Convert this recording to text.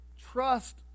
trust